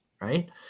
right